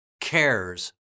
cares